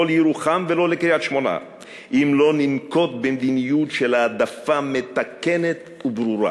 לא לירוחם ולא לקריית-שמונה אם לא ננקוט מדיניות של העדפה מתקנת וברורה,